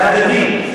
זה הדדי.